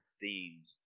themes